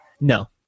No